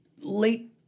late